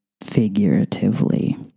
figuratively